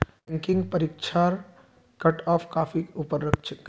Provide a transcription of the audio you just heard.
banking परीक्षार cutoff काफी ऊपर रह छेक